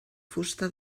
fusta